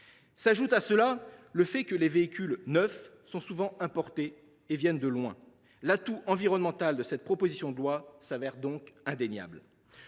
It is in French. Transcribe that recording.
S’ajoute à cela le fait que les véhicules neufs sont souvent importés de pays lointains. L’atout environnemental de cette proposition de loi est donc indéniable.